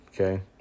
Okay